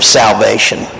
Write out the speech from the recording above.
salvation